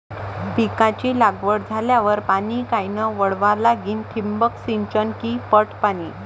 पिकाची लागवड झाल्यावर पाणी कायनं वळवा लागीन? ठिबक सिंचन की पट पाणी?